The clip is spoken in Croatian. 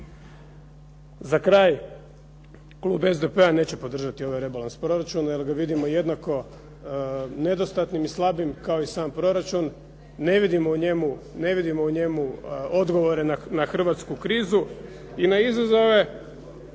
Za kraj, klub SDP-a neće podržati ovaj rebalans proračuna jer ga vidimo jednako nedostatnim i slabim kao i sam proračun. Ne vidimo u njemu odgovore na hrvatsku krizu i na izazove